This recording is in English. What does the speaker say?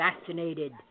fascinated